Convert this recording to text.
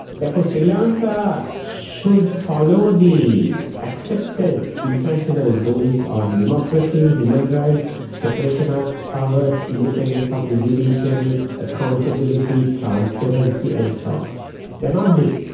therefore sri lanka should follow the accepted international rules on democracy, human rights, separation of powers, independence um of the judiciary, accountability, transparency and so on. they are not doing